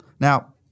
Now